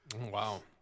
wow